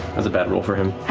that's a bad roll for him.